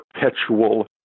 Perpetual